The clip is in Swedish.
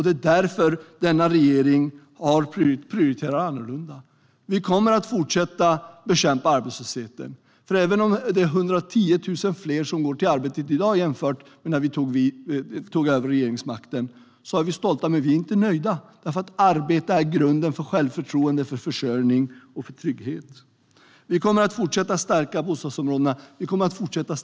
Det är därför som denna regering prioriterar annorlunda. Vi kommer att fortsätta bekämpa arbetslösheten. Vi är stolta över att det är 110 000 fler som går till arbetet i dag jämfört med när vi tog över regeringsmakten. Men vi är inte nöjda, för arbete är grunden för självförtroende, för försörjning och för trygghet. Vi kommer att fortsätta att stärka bostadsområdena och skolorna.